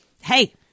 hey